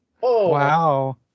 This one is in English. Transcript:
Wow